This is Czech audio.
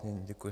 Děkuji.